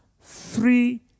three